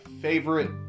favorite